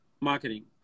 marketing